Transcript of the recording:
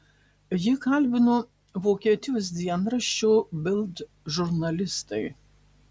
jį kalbino vokietijos dienraščio bild žurnalistai